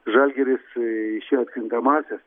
žalgiris išėjo į atkrintamąsias